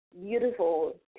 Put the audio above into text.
beautiful